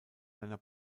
seiner